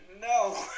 No